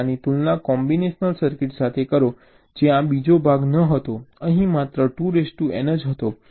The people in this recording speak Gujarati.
તમે આની તુલના કોમ્બિનેશનલ સર્કિટ સાથે કરો જ્યાં આ બીજો ભાગ ન હતો અહીં માત્ર 2N જ હતો